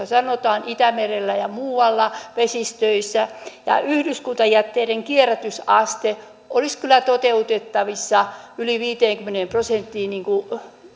sanotaan itämerellä ja muualla vesistöissä ja yhdyskuntajätteiden kierrätysaste olisi kyllä toteutettavissa yli viiteenkymmeneen prosenttiin niin kuin